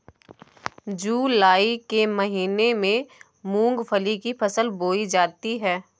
जूलाई के महीने में मूंगफली की फसल बोई जाती है